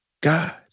God